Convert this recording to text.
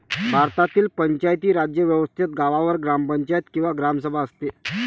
भारतातील पंचायती राज व्यवस्थेत गावावर ग्रामपंचायत किंवा ग्रामसभा असते